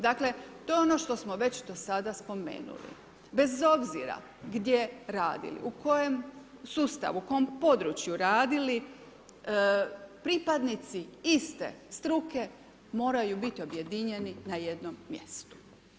Dakle, to je ono što smo već do sada spomenuli bez obzira gdje radili, u kojem sustavu, u kom području radili pripadnici iste struke moraju biti objedinjeni na jednom mjestu.